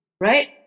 Right